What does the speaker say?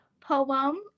poem